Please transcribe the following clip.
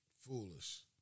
foolish